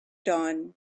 dawn